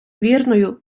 вірної